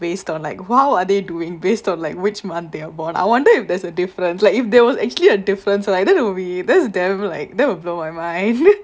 based on like how are they doing based on like which month they are born I wonder if there's a difference like if there was actually a difference then it will be this devil like that will blow my mind